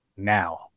now